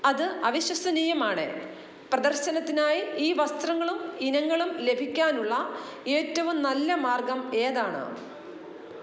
അത് അവിശ്വസനീയമാണ് പ്രദർശനത്തിനായി ഈ വസ്ത്രങ്ങളും ഇനങ്ങളും ലഭിക്കാനുള്ള ഏറ്റവും നല്ല മാർഗം ഏതാണ്